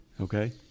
Okay